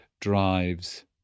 drives